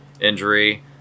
Injury